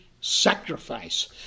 sacrifice